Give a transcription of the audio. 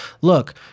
Look